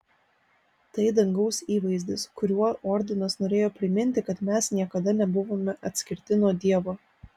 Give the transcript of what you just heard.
tai dangaus įvaizdis kuriuo ordinas norėjo priminti kad mes niekada nebuvome atskirti nuo dievo